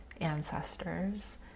ancestors